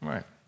Right